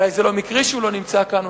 אולי זה לא מקרי שהוא לא נמצא כאן,